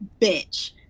bitch